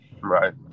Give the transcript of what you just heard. Right